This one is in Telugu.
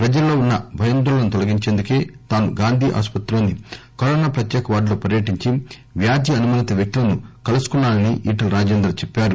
ప్రజల్లో ఉన్న భయాందోళనలను తోలగించేందుకే తాను గాంధీ ఆసుపత్రిలోని కరోనా ప్రత్యేక వార్డులో పర్యటించి వ్యాధి అనుమానిత వ్యక్తులను కలుసుకున్సానని ఈటెల రాజేందర్ చెప్పారు